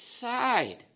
side